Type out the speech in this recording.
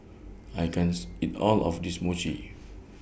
I can's eat All of This Mochi